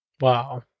Wow